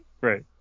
right